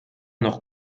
noch